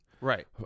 right